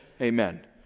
Amen